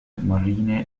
marine